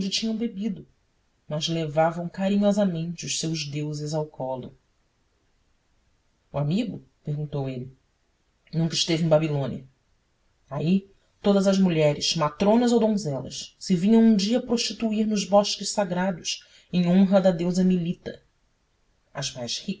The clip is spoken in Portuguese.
onde tinham bebido mas levavam carinhosamente os seus deuses ao colo o amigo perguntou ele nunca esteve em babilônia aí todas as mulheres matronas ou donzelas se vinham um dia prostituir nos bosques sagrados em honra da deusa melita as mais